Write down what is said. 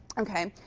ok.